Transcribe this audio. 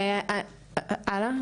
הלאה.